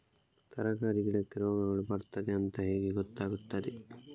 ತರಕಾರಿ ಗಿಡಕ್ಕೆ ರೋಗಗಳು ಬರ್ತದೆ ಅಂತ ಹೇಗೆ ಗೊತ್ತಾಗುತ್ತದೆ?